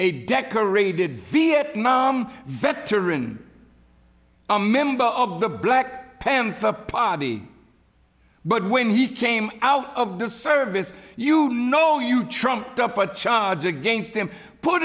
a decorated vietnam veteran a member of the black panther party but when he came out of the service you know you trumped up charge against him put